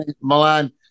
Milan